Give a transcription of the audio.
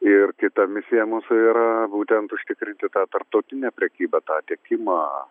ir kita misija mūsų yra būtent užtikrinti tą tarptautinę prekybą tą tiekimą